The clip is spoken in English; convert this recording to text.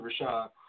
Rashad